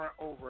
over